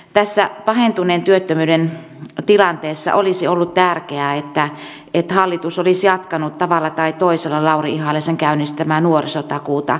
tässä pahentuneen työttömyyden tilanteessa olisi ollut tärkeää että hallitus olisi jatkanut tavalla tai toisella lauri ihalaisen käynnistämää nuorisotakuuta